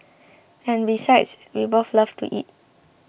and besides we both love to eat